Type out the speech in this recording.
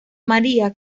maría